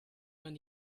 man